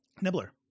nibbler